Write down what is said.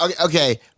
Okay